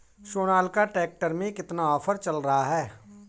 Sonalika tractor में कितना offer चल रहा है?